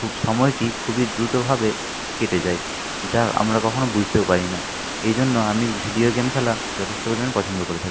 খুব সময়টি খুবই দ্রুতভাবে কেটে যায় যা আমরা কখনো বুঝতেও পারি না এজন্য আমি ভিডিও গেম খেলা যথেষ্ট পরিমাণে পছন্দ করে থাকি